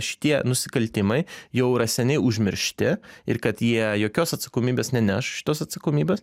šitie nusikaltimai jau yra seniai užmiršti ir kad jie jokios atsakomybės neneš šitos atsakomybės